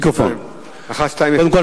1207. קודם כול,